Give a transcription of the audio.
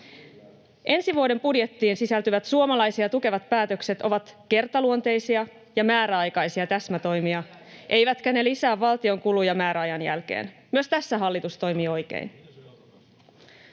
Ensi vuoden budjettiin sisältyvät suomalaisia tukevat päätökset ovat kertaluonteisia ja määräaikaisia täsmätoimia, eivätkä ne lisää valtion kuluja määräajan jälkeen. Myös tässä hallitus toimii oikein.